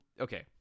okay